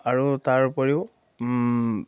আৰু তাৰ উপৰিও